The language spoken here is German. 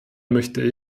möchte